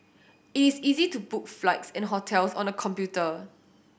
it is easy to book flights and hotels on the computer